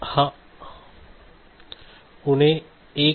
हा आता उणे 1